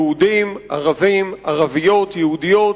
יהודים, ערבים, ערביות, יהודיות,